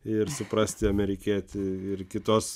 ir suprasti amerikietį ir kitos